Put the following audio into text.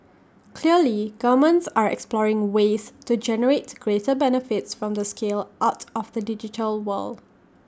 clearly governments are exploring ways to generate greater benefits from the scale out of the digital world